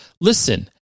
Listen